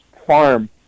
farm